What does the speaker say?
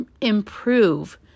improve